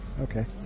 Okay